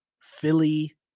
Philly